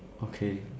okay